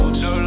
no